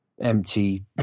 empty